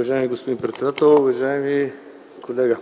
Уважаеми господин председател, уважаеми колеги!